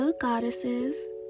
goddesses